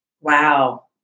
Wow